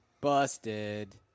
Busted